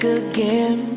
again